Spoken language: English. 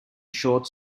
short